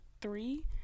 three